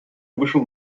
вышел